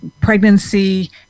pregnancy